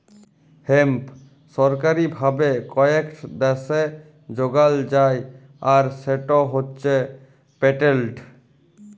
hemp সরকারি ভাবে কয়েকট দ্যাশে যগাল যায় আর সেট হছে পেটেল্টেড